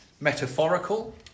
metaphorical